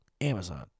Amazon